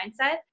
mindset